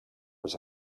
was